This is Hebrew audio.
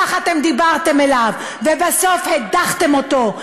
ככה אתם דיברתם אליו ובסוף הדחתם אותו,